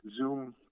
Zoom